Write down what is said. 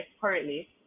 currently